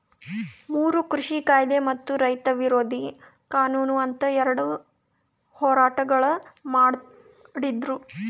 ಮೂರು ಕೃಷಿ ಕಾಯ್ದೆ ಮತ್ತ ರೈತ ವಿರೋಧಿ ಕಾನೂನು ಅಂತ್ ಎರಡ ಹೋರಾಟಗೊಳ್ ಮಾಡಿದ್ದರು